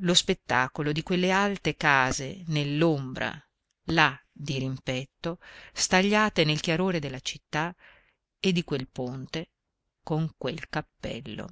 lo spettacolo di quelle alte case nell'ombra là dirimpetto stagliate nel chiarore della città e di quel ponte con quel cappello